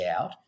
out